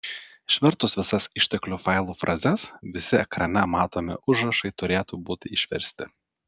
išvertus visas išteklių failų frazes visi ekrane matomi užrašai turėtų būti išversti